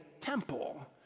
temple